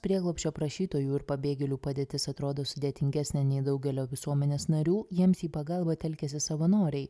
prieglobsčio prašytojų ir pabėgėlių padėtis atrodo sudėtingesnė nei daugelio visuomenės narių jiems į pagalbą telkiasi savanoriai